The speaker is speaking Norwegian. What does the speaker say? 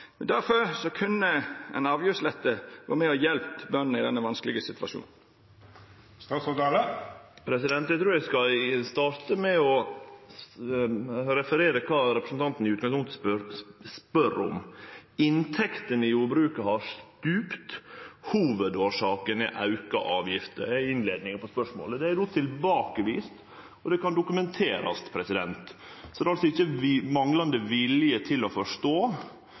kunne ei avgiftslette ha vore med og hjelpt bøndene i denne vanskelege situasjonen. Eg trur eg skal starte med å referere kva representanten i utgangspunktet spør om: «Inntektene i jordbruket har stupt. Hovedårsaken er økte avgifter.» Det er innleiinga i spørsmålet. Det er no tilbakevist, og det kan dokumenterast. Så det er altså ikkje manglande vilje til å forstå,